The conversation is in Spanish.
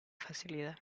facilidad